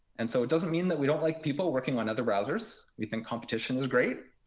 and so it doesn't mean that we don't like people working on other browsers. we think competition is great.